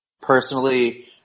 personally